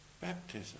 baptism